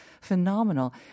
phenomenal